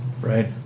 Right